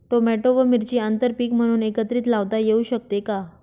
Tomato व मिरची आंतरपीक म्हणून एकत्रित लावता येऊ शकते का?